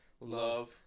love